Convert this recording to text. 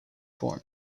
form